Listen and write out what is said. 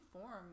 form